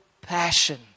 passion